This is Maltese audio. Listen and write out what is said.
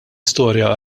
istorja